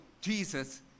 Jesus